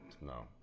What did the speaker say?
No